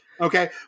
Okay